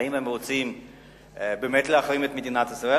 האם הם רוצים באמת להחרים את מדינת ישראל,